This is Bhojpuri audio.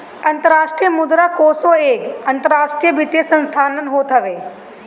अंतरराष्ट्रीय मुद्रा कोष एगो अंतरराष्ट्रीय वित्तीय संस्थान होत हवे